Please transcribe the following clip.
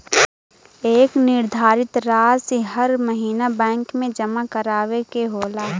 एक निर्धारित रासी हर महीना बैंक मे जमा करावे के होला